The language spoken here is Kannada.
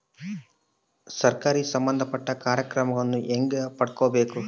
ಸರಕಾರಿ ಸಂಬಂಧಪಟ್ಟ ಕಾರ್ಯಕ್ರಮಗಳನ್ನು ಹೆಂಗ ಪಡ್ಕೊಬೇಕು?